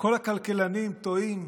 כל הכלכלנים טועים?